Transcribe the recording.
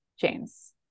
James